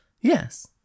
Yes